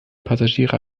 passagiere